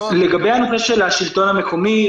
לגבי השלטון המקומי,